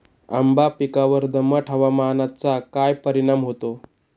आंबा पिकावर दमट हवामानाचा काय परिणाम होतो?